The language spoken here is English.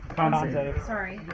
Sorry